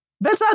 better